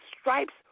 stripes